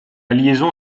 liaison